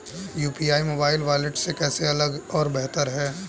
UPI mobile wallet से कैसे अलग और बेहतर है?